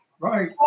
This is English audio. Right